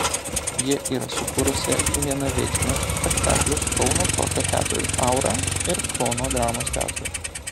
ji yra sukūrusi vienaveiksmius spektaklius kauno šokio teatrui aura ir kauno dramos teatrui